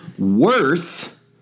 Worth